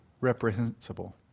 reprehensible